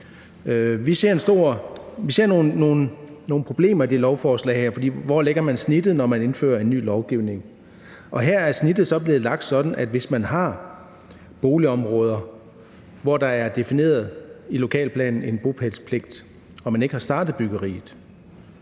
Vi ser nogle problemer i det her lovforslag, for hvor lægger man snittet, når man indfører en ny lovgivning? Og her er snittet så blevet lagt sådan, at hvis man har boligområder, hvor der i lokalplanen er defineret en bopælspligt, og man ikke har startet byggeriet,